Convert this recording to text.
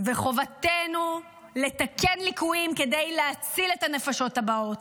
וחובתנו לתקן ליקויים כדי להציל את הנפשות הבאות.